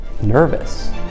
nervous